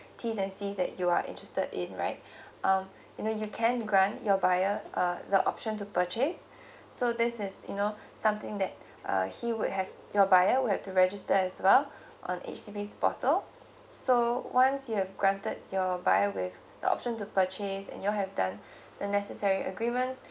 Ts and Cs that you are interested in right um you know you can grant your buyer uh the option to purchase so this is you know something that err he would have your buyer would've to register as well on H_D_B portal so once you have granted your buyer with the option to purchase and you have done the necessary agreements